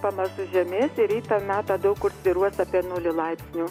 pamažu žemės ir ryto metą daug kur svyruos apie nulį laipsnių